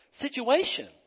situation